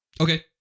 Okay